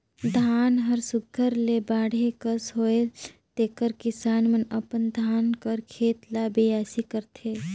धान हर सुग्घर ले बाढ़े कस होएल तेकर किसान मन अपन धान कर खेत ल बियासी करथे